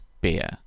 beer